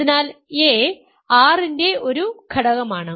അതിനാൽ a R ൻറെ ഒരു ഘടകമാണ്